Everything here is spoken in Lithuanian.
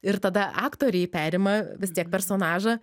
ir tada aktoriai perima vis tiek personažą